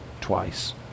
twice